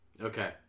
Okay